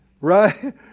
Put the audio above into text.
right